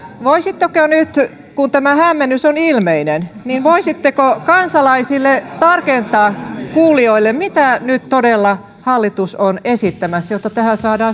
voisitteko nyt kun tämä hämmennys on ilmeinen kansalaisille kuulijoille tarkentaa mitä nyt todella hallitus on esittämässä jotta tähän saadaan